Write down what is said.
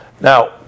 Now